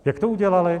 Jak to udělali?